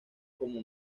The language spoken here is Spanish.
como